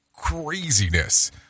craziness